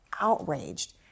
outraged